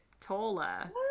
taller